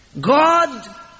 God